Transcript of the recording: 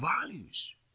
values